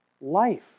life